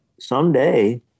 someday